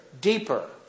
deeper